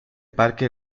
parque